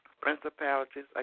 principalities